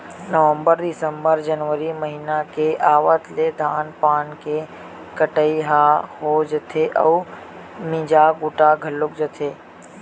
नवंबर, दिंसबर, जनवरी महिना के आवत ले धान पान के कटई ह हो जाथे अउ मिंजा कुटा घलोक जाथे